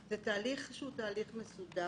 זה תהליך שהוא תהליך מסודר.